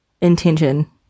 intention